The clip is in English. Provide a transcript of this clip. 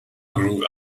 grew